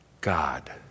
God